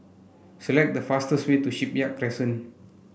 select the fastest way to Shipyard Crescent